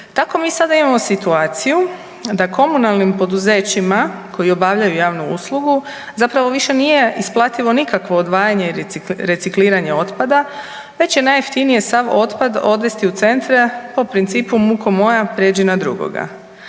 Tako mi sada imamo situaciju da komunalnim poduzećima koji obavljaju javnu uslugu zapravo više nije isplativo nikakvo odvajanje i recikliranje otpada već je najjeftinije sav otpad odvesti u centre po principu muko moja pređi na drugoga.